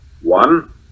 One